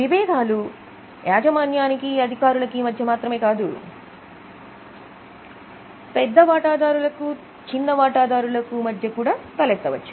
విభేదాలు యాజమాన్యానికి అధికారులకి మధ్య మాత్రమే కాదు పెద్ద వాటాదారులకు చిన్న వాటాదారుల మధ్య కూడా తలెత్తవచ్చు